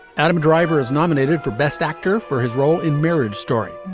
adam driver is nominated for best actor for his role in marriage story